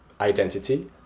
identity